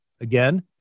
Again